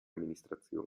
amministrazione